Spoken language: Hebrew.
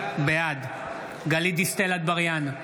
בעד גלית דיסטל אטבריאן,